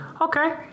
okay